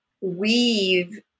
weave